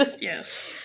Yes